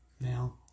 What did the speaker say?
Now